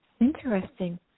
interesting